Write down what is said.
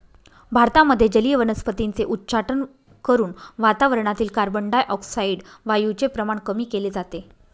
भारतामध्ये जलीय वनस्पतींचे उच्चाटन करून वातावरणातील कार्बनडाय ऑक्साईड वायूचे प्रमाण कमी केले जाते